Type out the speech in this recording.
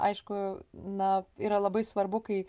aišku na yra labai svarbu kai